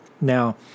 Now